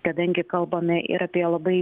kadangi kalbame ir apie labai